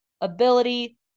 ability